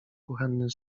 kuchenny